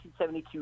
1972